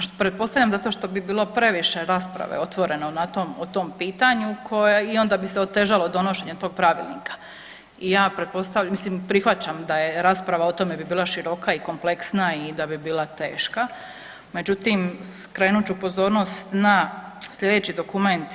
Zato, pretpostavljam zato što bi bilo previše rasprave otvoreno o tom pitanju koja je, i onda bi se otežalo donošenje tog Pravilnika i ja pretpostavljam, mislim prihvaćam da je rasprava o tome bi bila široka i kompleksna i da bi bila teška, međutim skrenut ću pozornost na sljedeći dokument.